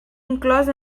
inclòs